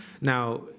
Now